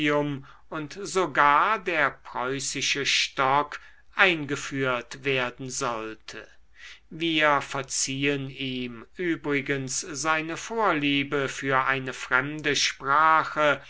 und sogar der preußische stock eingeführt werden sollte wir verziehen ihm übrigens seine vorliebe für eine fremde sprache